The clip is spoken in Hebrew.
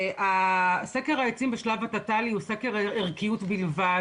סקר העצים בשלב התת"לי הוא סקר ערכיות בלבד,